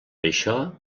això